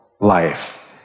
life